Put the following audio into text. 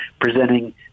presenting